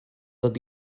dod